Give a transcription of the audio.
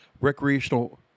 recreational